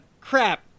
crap